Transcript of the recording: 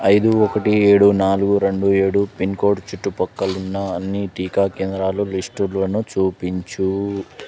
ఐదు ఒకటి ఏడు నాలుగు రెండు ఏడు పిన్ కోడ్ చుట్టుప్రక్కలున్న అన్ని టీకా కేంద్రాల లిస్టులను చూపించు